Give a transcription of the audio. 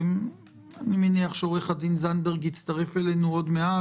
אני מניח שעו"ד זנדברג יצטרף אלינו עוד מעט,